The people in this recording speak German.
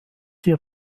hier